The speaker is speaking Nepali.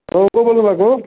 हेलो को बोल्नु भएको